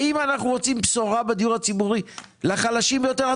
האם אנחנו רוצים בשורה בדיור הציבורי לחלשים ביותר?